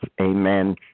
Amen